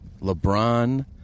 LeBron